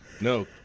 No